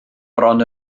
bron